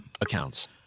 Accounts